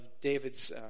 David's